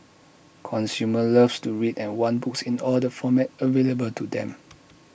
consumers love to read and want books in all the formats available to them